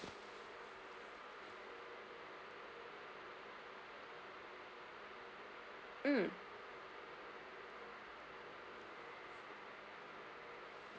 mm